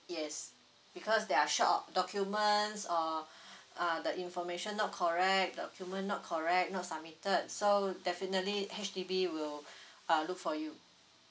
yes because they're short of documents or uh the information not correct document not correct not submitted so definitely H_D_B will uh look for you